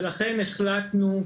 ולכן החלטנו,